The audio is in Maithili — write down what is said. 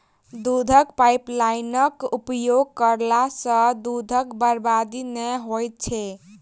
दूधक पाइपलाइनक उपयोग करला सॅ दूधक बर्बादी नै होइत छै